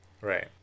right